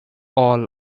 all